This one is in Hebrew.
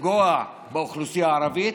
לפגוע באוכלוסייה הערבית,